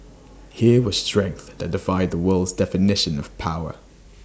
here was strength that defied the world's definition of power